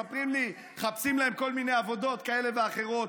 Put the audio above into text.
מספרים לי שמחפשים להם כל מיני עבודות כאלה ואחרות.